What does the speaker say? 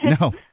No